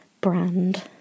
brand